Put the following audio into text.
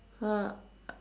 !huh!